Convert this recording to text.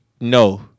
No